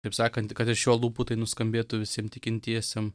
kaip sakant kad iš jo lūpų tai nuskambėtų visiem tikintiesiem